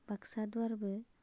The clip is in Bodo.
बाक्सा दुवारबो